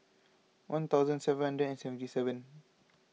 one thousand seven hundred and seventy seven